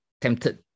tempted